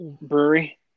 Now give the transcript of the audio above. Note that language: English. Brewery